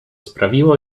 sprawiło